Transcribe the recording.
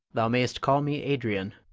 thou mayst call me adrian.